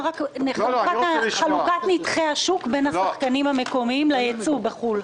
רק על חלוקת נתחי השוק בין השחקנים המקומיים לבין הייבוא מחו"ל.